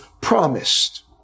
promised